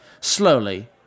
Slowly